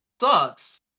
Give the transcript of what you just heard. sucks